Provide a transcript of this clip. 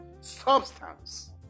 substance